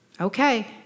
okay